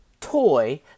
toy